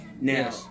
Now